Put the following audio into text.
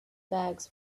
bags